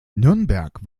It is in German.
nürnberg